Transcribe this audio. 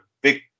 big